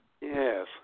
yes